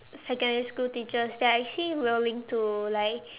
secondary school teachers they're actually willing to like